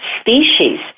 species